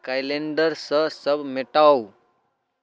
calendar सऽ सब मेटाउ